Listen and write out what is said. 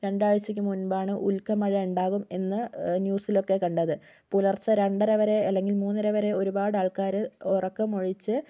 രണ്ടാഴ്ചക്ക് മുൻപാണ് ഉൽക്ക മഴ ഉണ്ടാകും എന്ന് ന്യൂസിലൊക്കെ കണ്ടത് പുലർച്ച രണ്ടര വരെ അല്ലെങ്കിൽ മൂന്നര വരെ ഒരുപാടാൾക്കാർ ഉറക്കമൊഴിച്ച്